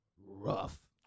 rough